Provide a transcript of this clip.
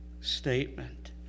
statement